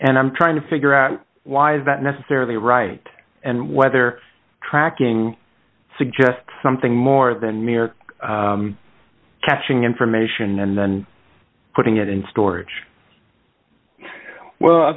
and i'm trying to figure out why is that necessarily right and whether tracking suggest something more than mere catching information and then putting it in storage well i